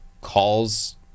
calls